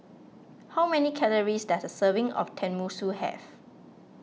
how many calories does a serving of Tenmusu have